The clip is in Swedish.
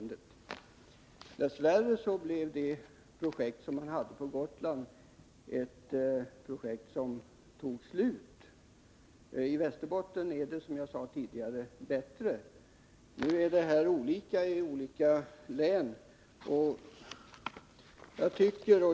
Dess värre tog projektet på Gotland slut. I Västerbotten är det — som jag sade tidigare — bättre. Förhållandena är olika i olika län.